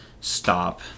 stop